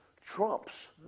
trumps